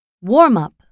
Warm-up